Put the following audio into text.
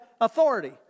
authority